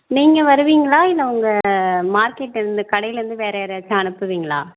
நீங்கள் வருவீங்களா இல்லை உங்கள் மார்க்கெட்லேருந்து கடைலிருந்து வேறு யாரையாச்சும் அனுப்புவீங்களா